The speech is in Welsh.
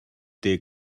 ddydd